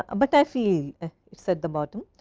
and but i feel said the bottom,